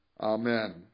Amen